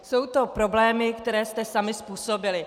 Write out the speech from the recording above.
Jsou to problémy, které jste sami způsobili.